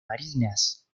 marinas